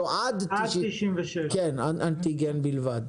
לא, עד 96 אנטיגן בלבד,